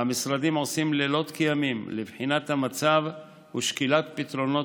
המשרדים עושים לילות כימים לבחינת המצב ולשקילת פתרונות